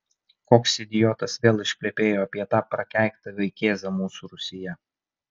koks idiotas vėl išplepėjo apie tą prakeiktą vaikėzą mūsų rūsyje